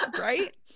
Right